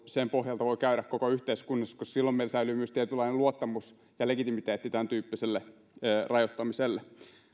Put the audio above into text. sen pohjalta voidaan käydä koko yhteiskunnassa koska silloin meillä säilyy myös tietynlainen luottamus ja legitimiteetti tämäntyyppiselle rajoittamiselle